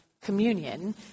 communion